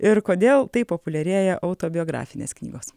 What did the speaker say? ir kodėl taip populiarėja autobiografinės knygos